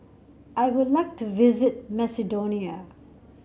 I would like to visit Macedonia